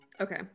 Okay